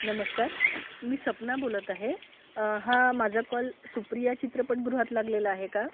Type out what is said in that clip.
नमस्कार मी सपना बोलत आहे हा माझा कॉल सुप्रिया चित्रपटगृहात लागलेला आहे का